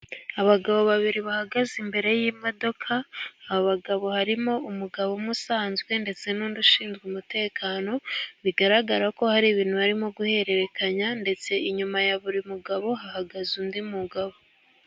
Abagabo babiri bahagaze imbere y'imodoka. Aba bagabo harimo umugabo umwe usanzwe, ndetse n'undi ushinzwe umutekano. Bigaragara ko hari ibintu barimo guhererekanya, ndetse inyuma ya buri mugabo hahagaze undi mugabo.